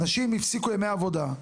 אנשים הפסיקו ימי עבודה,